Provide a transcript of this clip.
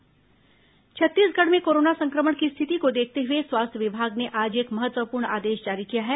Chhattisgarh corona अस्पताल छत्तीसगढ़ में corona संक्रमण की स्थिति को देखते हुए स्वास्थ्य विभाग ने आज एक महत्वपूर्ण आदेश जारी किया है